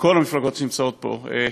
מכל המפלגות שנמצאות פה,